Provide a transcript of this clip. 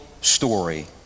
story